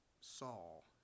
Saul